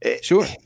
Sure